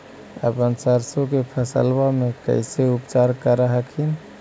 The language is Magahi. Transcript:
अपन सरसो के फसल्बा मे कैसे उपचार कर हखिन?